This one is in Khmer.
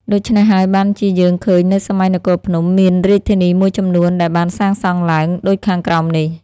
ដូច្នេះហើយ បានជាយើងឃើញនៅសម័យនគរភ្នំ មានរាជធានីមួយចំនួនដែលបានសាងសង់ឡើង ដូចខាងក្រោមនេះ